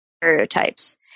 stereotypes